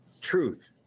truth